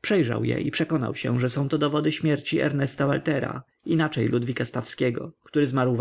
przejrzał je i przekonał się że są to dowody śmierci ernesta waltera inaczej ludwika stawskiego który zmarł